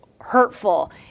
hurtful